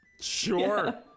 Sure